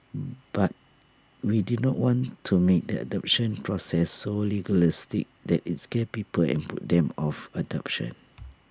but we did not want to make the adoption process so legalistic that IT scares people and puts them off adoption